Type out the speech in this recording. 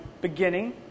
beginning